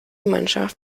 mannschaft